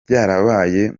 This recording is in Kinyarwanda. byarabaye